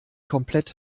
komplett